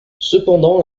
cependant